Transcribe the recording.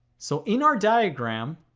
so in our diagram,